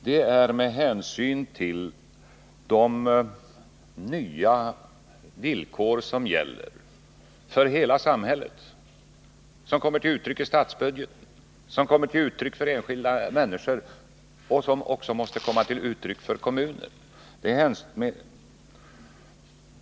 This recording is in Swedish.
Det nu framlagda förslaget grundar sig på de nya villkor som gäller för hela samhället, som kommer till uttryck i statsbudgeten, som kommer till uttryck i enskilda människors budget och som också måste komma till uttryck i kommunernas budget.